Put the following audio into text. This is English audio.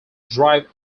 drive